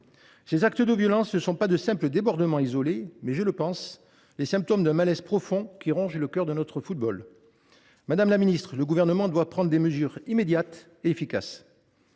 Ces actes de violence sont non pas de simples débordements isolés, mais les symptômes d’un malaise profond, qui ronge le cœur de notre football. Madame la ministre, le Gouvernement doit prendre des mesures immédiates et efficaces.